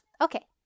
okay